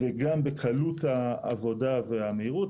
וגם בקלות העבודה והמהירות.